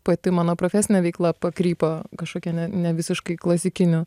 pati mano profesinė veikla pakrypo kažkokia ne ne visiškai klasikiniu